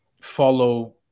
follow